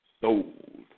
sold